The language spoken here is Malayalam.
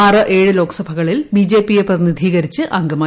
ആറ് ഏഴ് ലോക്സഭകളിൽ ബിജെപിയെ പ്രതിനിധീകരിച്ച് അംഗമായി